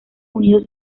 unidos